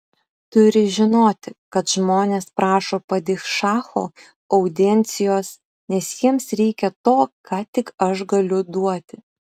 turi žinoti kad žmonės prašo padišacho audiencijos nes jiems reikia to ką tik aš galiu duoti